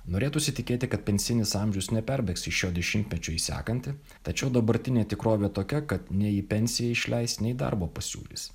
norėtųsi tikėti kad pensinis amžius neperbėgs iš šio dešimtmečio į sekantį tačiau dabartinė tikrovė tokia kad nei į pensiją išleis nei darbo pasiūlys